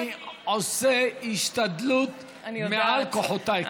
אני עושה השתדלות מעל כוחותיי כבר.